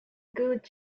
good